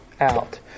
out